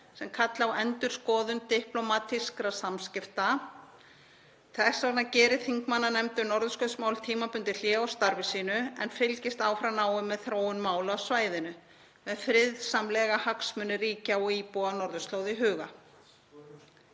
sem kalli á endurskoðun diplómatískra samskipta. Þess vegna geri þingmannanefnd um norðurskautsmál tímabundið hlé á starfi sínu en fylgist áfram náið með þróun mála á svæðinu, með friðsamlega hagsmuni ríkja og íbúa norðurslóða í huga.